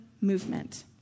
movement